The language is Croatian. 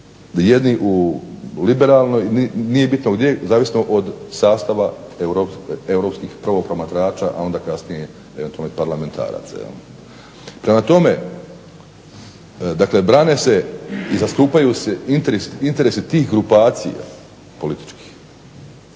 jedni u liberalnoj, nije bitno gdje zavisno od sastava europskih prvo promatrača, a onda kasnije parlamentaraca. Prema tome, dakle brane se i zastupaju se interesi tih grupacija političkih,